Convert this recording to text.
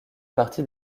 parti